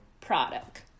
product